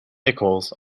nichols